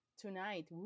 Tonight